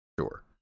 sure